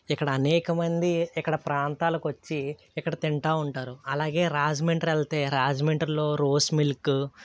ఇక్కడ అనేక మంది ఇక్కడ ప్రాంతాలకి వచ్చి ఇక్కడ తింటూ ఉంటారు అలాగే రాజమండ్రి వెళితే రాజమండ్రిలో రోస్ మిల్క్